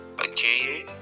Okay